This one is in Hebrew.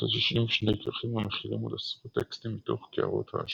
ה-90 שני כרכים המכילים עוד עשרות טקסטים מתוך קערות השבעה.